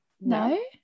no